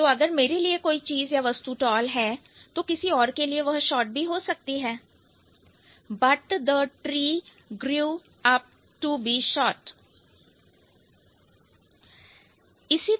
तो अगर मेरे लिए कोई चीज या वस्तु टौल है तो किसी और के लिए वह शार्ट हो सकती है but the tree grew up to be short लेकिन ट्री छोटा उगा है